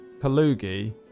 Kalugi